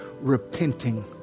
repenting